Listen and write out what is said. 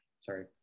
Sorry